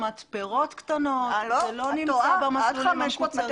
אני אומרת שאלה גם מתפרות קטנות וזה לא נמצא במסלולים המקוצרים.